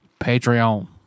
Patreon